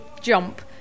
jump